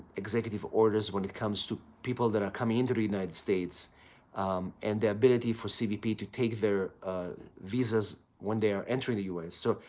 executive orders when it comes to people that are coming into the united states and the ability for cbp to take their visas when they are entering the us. so,